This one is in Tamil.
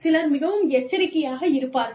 சிலர் மிகவும் எச்சரிக்கையாக இருப்பார்கள்